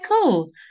cool